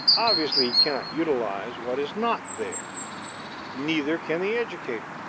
obviously he cannot utilize what is not there neither can the educator.